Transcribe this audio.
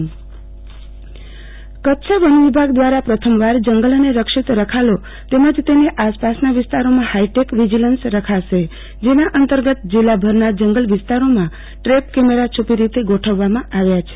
આરતીબેન ભદ્દ કચ્છ વન વિભાગ કચ્છ વન વિભાગ દ્રારા પ્રથમવાર જંગલ અને રક્ષિત રખાલો તેમજ તેની આસપાસના હાઈટેક વિજિલન્સ રખાશે જેના અંતર્ગત જિલ્લાભરના જંગલ વિસ્તારોમાં ટ્રેપ કેમેરા છુપી રીતે ગોઠવવામાં આવ્યા છે